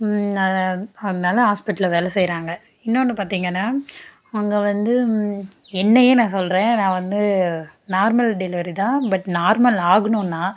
அதா அதனால் ஹாஸ்பிட்டலில் வேலை செய்யறாங்க இன்னொன்று பார்த்தீங்கன்னா அங்கே வந்து என்னையே நான் சொல்லுறேன் நான் வந்து நார்மல் டெலிவரி தான் பட் நார்மல் ஆகணுன்னா